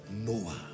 noah